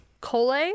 cole